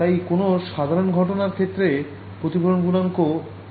তাই কোন সাধারণ ঘটনার ক্ষেত্রে প্রতিফলন গুনাঙ্ক হবে n − 1n 1